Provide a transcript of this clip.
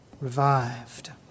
revived